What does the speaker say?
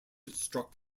struck